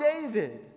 David